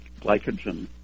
glycogen